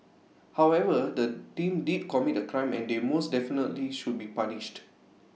however the team did commit A crime and they most definitely should be punished